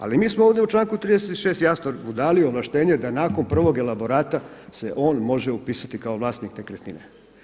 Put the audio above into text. Ali mi smo ovdje u članku 36. jasno mu dali ovlaštenje da nakon prvog elaborata se on može upisati kao vlasnik nekretnine.